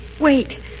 Wait